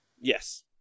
Yes